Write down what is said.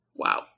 Wow